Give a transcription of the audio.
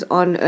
on